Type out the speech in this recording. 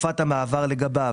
תקופת המעבר לגביו,